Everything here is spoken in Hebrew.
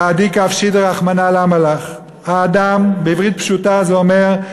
"בהדי כבשי דרחמנא למה לך" בעברית פשוטה זה אומר,